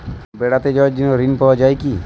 বেড়াতে যাওয়ার জন্য ঋণ পাওয়া যায় কি?